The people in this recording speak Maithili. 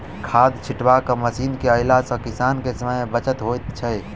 खाद छिटबाक मशीन के अयला सॅ किसान के समय मे बचत होइत छै